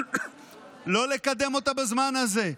לא לקדם אותה בזמן הזה.